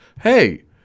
hey